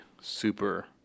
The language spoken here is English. super